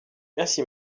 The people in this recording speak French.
merci